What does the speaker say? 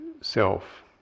self